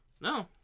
No